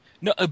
No